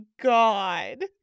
God